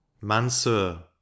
Mansur